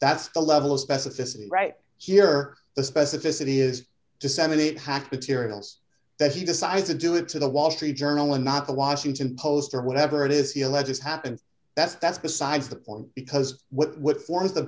that's the level of specificity right here the specificity is disseminate hacked materials that he decided to do it to the wall street journal and not the washington post or whatever it is eleven happened that's that's besides the point because what